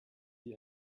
die